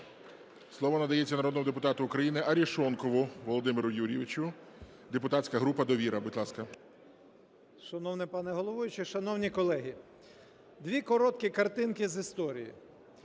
Слово надається народному депутату України Арешонкову Володимиру Юрійовичу, депутатська група "Довіра". Будь ласка. 10:32:58 АРЕШОНКОВ В.Ю. Шановний пане головуючий, шановні колеги, дві короткі картинки з історії.